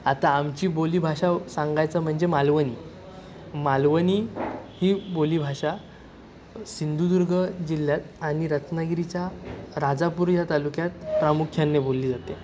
आता आमची बोलीभाषा सांगायचं म्हणजे मालवणी मालवणी ही बोलीभाषा सिंधुदुर्ग जिल्ह्यात आणि रत्नागिरीच्या राजापूर ह्या तालुक्यात प्रामुख्याने बोलली जाते